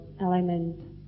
element